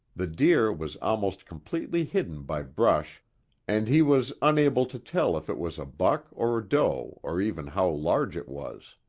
the deer was almost completely hidden by brush and he was unable to tell if it was a buck or doe or even how large it was.